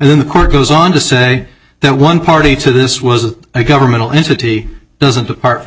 and then the court goes on to say that one party to this was a governmental entity doesn't depart from the